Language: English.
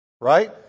Right